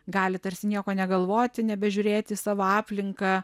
gali tarsi nieko negalvoti nebežiūrėti į savo aplinką